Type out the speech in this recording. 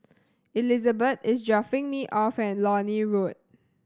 Elizabet is dropping me off at Lornie Road